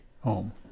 home